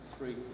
Three